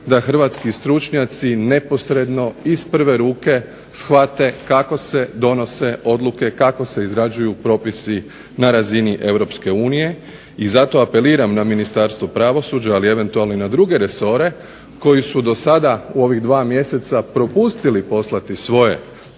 da hrvatski stručnjaci neposredno, iz prve ruke shvate kako se donose odluke, kako se izrađuju propisi na razini Europske unije. I zato apeliram na Ministarstvo pravosuđa, ali eventualno i na druge resore koji su do sada u ovih dva mjeseca propustili poslati svoje